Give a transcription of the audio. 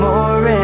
More